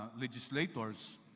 legislators